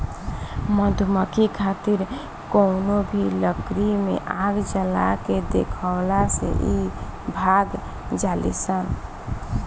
मधुमक्खी खातिर कवनो भी लकड़ी में आग जला के देखावला से इ भाग जालीसन